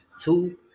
two